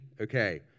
Okay